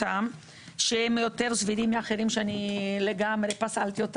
שהם יותר סבירים מאחרים שלגמרי פסלתי,